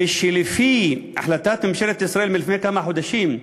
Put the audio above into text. ושלפי החלטת ממשלת ישראל מלפני כמה חודשים,